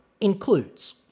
includes